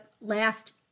last